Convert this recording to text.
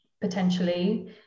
potentially